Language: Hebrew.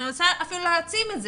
אני רוצה אפילו להעצים את זה,